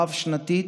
הרב-שנתית,